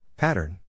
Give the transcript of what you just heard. Pattern